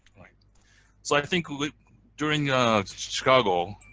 so i think during ah chicago,